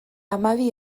hamabi